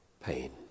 pain